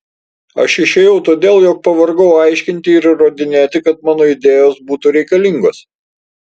aš išėjau todėl jog pavargau aiškinti ir įrodinėti kad mano idėjos būtų reikalingos